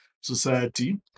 society